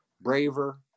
braver